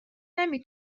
نمی